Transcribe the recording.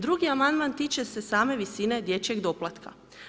Drugi amandman tiče se same visine dječjeg doplatka.